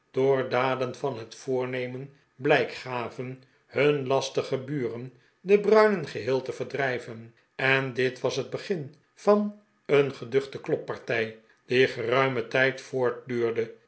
door daden van het vodrnemen blijk gaven hun lastige buren de bruinen geheel te verdrijven en dit was het begin van een geduchte kloppartij die geruimen tijd